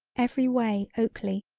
every way oakly,